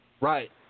right